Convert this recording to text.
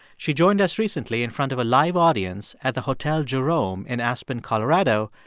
she joined us recently in front of a live audience at the hotel jerome in aspen, colo, but